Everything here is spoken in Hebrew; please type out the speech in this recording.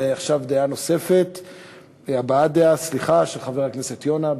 ועכשיו הבעת דעה של חבר הכנסת יונה.